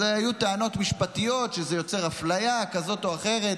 אז היו טענות משפטיות שזה יוצר אפליה כזאת או אחרת.